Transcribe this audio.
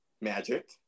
Magic